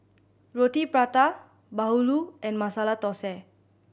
Roti Prata bahulu and Masala Thosai